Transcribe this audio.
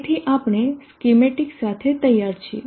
તેથી આપણે સ્કીમેટિક સાથે તૈયાર છીએ